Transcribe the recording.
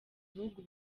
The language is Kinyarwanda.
bihugu